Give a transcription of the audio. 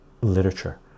literature